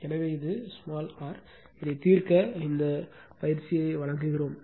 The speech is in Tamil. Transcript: எனவே இது r இதைத் தீர்க்க இந்த பயிற்சியை வழங்குகிறோம்